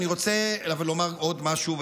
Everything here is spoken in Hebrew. אני רוצה לומר עוד משהו,